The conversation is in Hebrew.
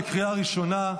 בקריאה ראשונה.